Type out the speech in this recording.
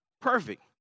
Perfect